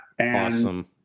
Awesome